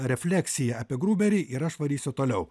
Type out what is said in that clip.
refleksiją apie gruberį ir aš varysiu toliau